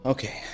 Okay